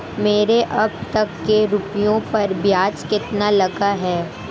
मेरे अब तक के रुपयों पर ब्याज कितना लगा है?